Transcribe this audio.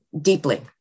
deeply